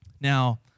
Now